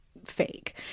fake